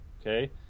Okay